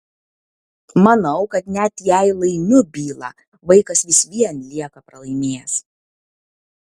manau kad net jei laimiu bylą vaikas vis vien lieka pralaimėjęs